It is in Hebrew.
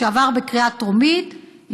שעבר בקריאה טרומית,